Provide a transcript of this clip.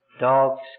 dogs